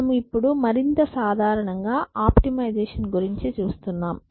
మనము ఇప్పుడు మరింత సాధారణంగా ఆప్టిమైజేషన్ గురించి చూస్తున్నాము